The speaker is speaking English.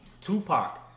Tupac